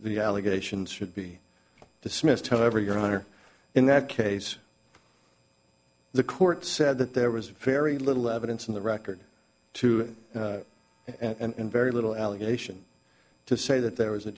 the allegations should be dismissed however your honor in that case the court said that there was very little evidence in the record too and very little allegation to say that there was a